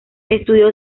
estudió